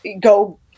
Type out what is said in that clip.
go